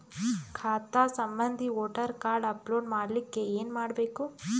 ಖಾತಾ ಸಂಬಂಧಿ voter card upload ಮಾಡಲಿಕ್ಕೆ ಏನ ಮಾಡಬೇಕು?